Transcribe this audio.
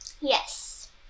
Yes